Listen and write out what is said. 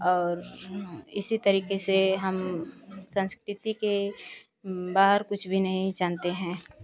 और इसी तरीके से हम संस्कृति के बाहर कुछ भी नहीं जानते हैं